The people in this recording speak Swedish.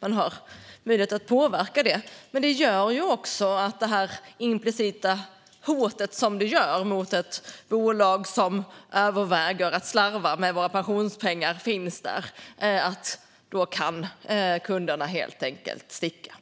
man har möjlighet att påverka det som är ens eget, dels är det ett implicit hot mot ett bolag som överväger att slarva med våra pensionspengar att då kan kunderna helt enkelt sticka.